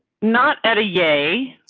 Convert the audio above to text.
not at a yay.